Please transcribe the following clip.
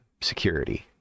security